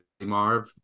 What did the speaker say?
Marv